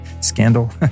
scandal